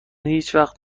هیچوقت